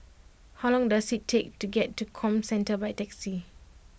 how long does it take to get to Comcentre by taxi